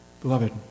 Beloved